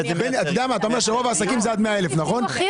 אתה אומר שרוב העסקים הם עד 100,000 שקל.